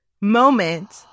moment